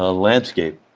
ah landscape,